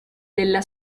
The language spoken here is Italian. della